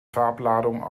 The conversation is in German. farbladung